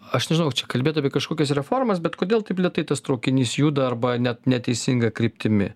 aš nežinau čia kalbėt apie kažkokias reformas bet kodėl taip lėtai tas traukinys juda arba net neteisinga kryptimi